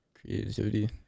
creativity